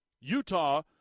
Utah